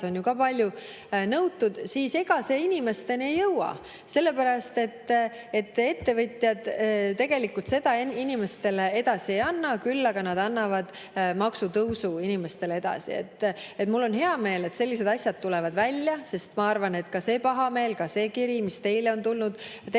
on ju palju nõutud, siis ega see inimesteni ei jõua, sellepärast et ettevõtjad tegelikult seda inimestele edasi ei anna, küll aga nad annavad maksutõusu inimestele edasi. Mul on hea meel, et sellised asjad tulevad välja. Ma arvan, et ka see pahameel, ka see kiri, mis teile on tulnud, aitab tegelikult